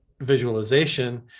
visualization